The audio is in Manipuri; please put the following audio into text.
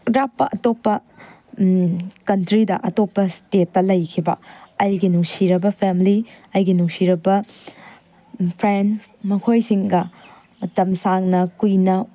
ꯑꯔꯥꯞꯄ ꯑꯇꯣꯞꯄ ꯀꯟꯇ꯭ꯔꯤꯗ ꯑꯇꯣꯞꯄ ꯏꯁꯇꯦꯠꯇ ꯂꯩꯈꯤꯕ ꯑꯩꯒꯤ ꯅꯨꯡꯁꯤꯔꯕ ꯐꯦꯃꯤꯂꯤ ꯑꯩꯒꯤ ꯅꯨꯡꯁꯤꯔꯕ ꯐ꯭ꯔꯦꯟꯁ ꯃꯈꯣꯏꯁꯤꯡꯒ ꯃꯇꯝ ꯁꯥꯡꯅ ꯀꯨꯏꯅ